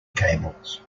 cables